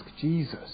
Jesus